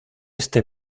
este